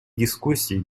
дискуссии